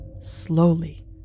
Slowly